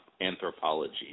anthropology